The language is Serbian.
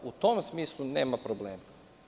U tom smislu nema problema.